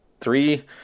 three –